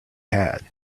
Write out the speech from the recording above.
had